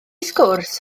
sgwrs